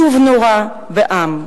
קיטוב נורא בעם,